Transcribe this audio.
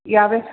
या वेळेस